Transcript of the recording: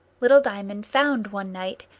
little diamond found one night,